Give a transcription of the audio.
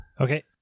okay